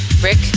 Rick